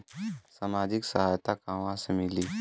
सामाजिक सहायता कहवा से मिली?